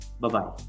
Bye-bye